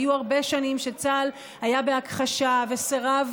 היו הרבה שנים שצה"ל היה בהכחשה וסירב